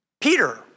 Peter